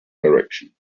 direction